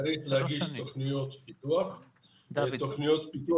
אני מצטער שאין פה נציגות של משרד האוצר שיכולה לתת